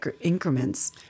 increments